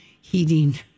heating